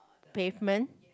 pavement